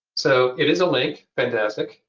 so it is a link. fantastic.